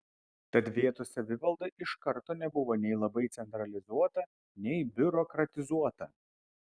tad vietos savivalda iš karto nebuvo nei labai centralizuota nei biurokratizuota